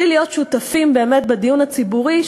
בלי להיות שותפים באמת בדיון הציבורי,